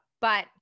but-